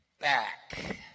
back